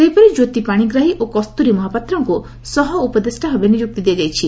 ସେହିପରି ଜ୍ୟୋତି ପାଶିଗ୍ରାହୀ ଓ କସ୍ତୁରୀ ମହାପାତ୍ରଙ୍କୁ ସହ ଉପଦେଷାଭାବେ ନିଯୁକ୍ତି ଦିଆଯାଇଛି